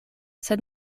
sed